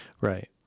Right